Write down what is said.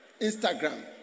Instagram